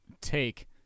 take